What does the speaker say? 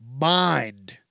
mind